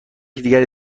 دیگری